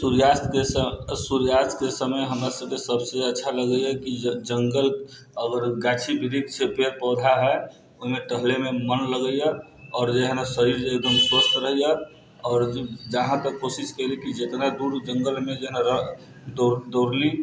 सूर्यास्तके समय हमरा सभके सभसँ अच्छा लगैया कि जङ्गल आओर गाछी वृक्ष पेड़ पौधा है ओहिमे टहलेमे मन लगैया आओर जेहै न शरीर एकदम स्वस्थ रहैया आओर जहाँ तक कोशिश कयलीह कि जितना दूर जङ्गलमे दौड़लि